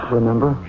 remember